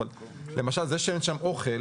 אבל למשל זה שאין שם אוכל